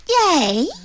Yay